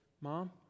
Mom